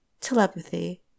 Telepathy